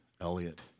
Elliot